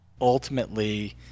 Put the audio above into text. ultimately